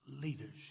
leadership